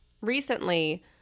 Recently